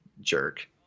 Jerk